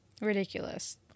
Ridiculous